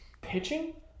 Pitching